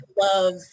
love